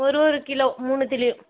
ஒரு ஒரு கிலோ மூணுத்துலேயும்